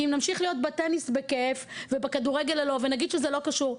כי אם נמשיך להיות בטניס בכייף ובכדורגל לא ונגיד שזה לא קשור,